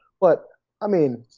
but i mean,